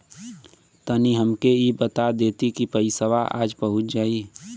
तनि हमके इ बता देती की पइसवा आज पहुँच जाई?